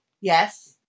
Yes